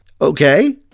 Okay